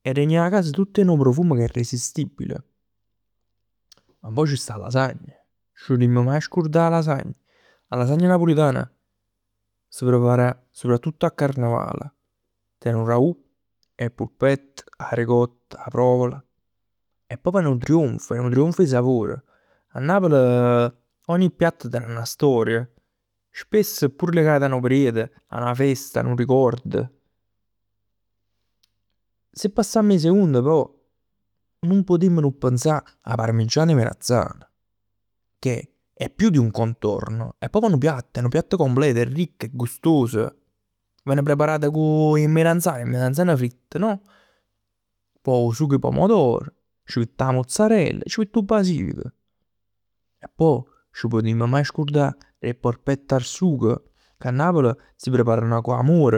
E regne 'a cas tutt 'e nu profum che è irresistibile. Ma mo c' sta 'a lasagna. C' putimm maje scurdà d' 'a lasagna? 'A lasagna napulitana s0 prepara soprattutto a Carnevale. Ten 'o ragù, 'e purpett 'a ricotta, 'a provola. È proprj nu trionf, è nu trionf 'e sapor. 'A Napl ogni piatto ten 'na storia. Spesso è pur legato a nu periodo, a 'na fest, a nu ricord. Se passamm 'e second poj, nun putimm non pensà 'a parmigiana 'e melanzan che è più di un contorno, è proprio nu piatto, nu piatt completo. È ricco, è gustoso, ven preparato cu 'e melanzan, 'e melanzan fritt no? Poi 'o sug 'e pomodor, c' miett 'a muzzarell, c' miett 'o basilic. E poj c' putimm maje scurdà d' 'e polpett al sugo che a Napl si preparan cu amor.